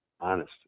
honest